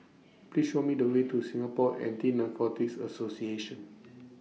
Please Show Me The Way to Singapore Anti Narcotics Association